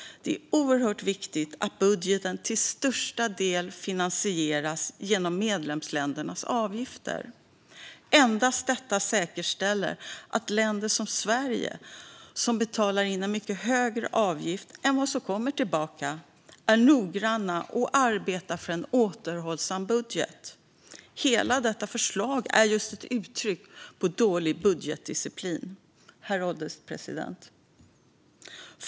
Det är oerhört viktigt att budgeten till största del finansieras genom medlemsländernas avgifter. Endast detta säkerställer att länder som Sverige, som betalar in en avgift som är mycket högre än den summa som kommer tillbaka, är noggranna och arbetar för en återhållsam budget. Hela detta förslag är just ett uttryck för dålig budgetdisciplin. Subsidiaritetsprövning av kommissionens förslag till ändrat beslut om systemet för Europeiska unionens egna medel Herr ålderspresident!